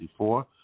1964